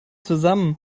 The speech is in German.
zusammen